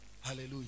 Hallelujah